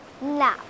No